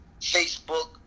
Facebook